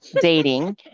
dating